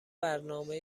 برنامه